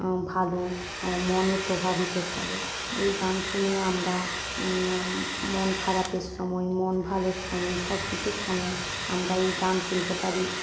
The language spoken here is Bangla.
ভালো মনে প্রভাবিত ফেলে এই গান শুনে আমরা মন খারাপের সময়ে মন ভালোর সময়ে সবকিছুর সময়ে আমরা এই গান শুনতে পারি